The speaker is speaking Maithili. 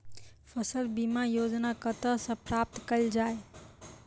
फसल बीमा योजना कतह सऽ प्राप्त कैल जाए?